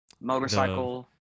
motorcycle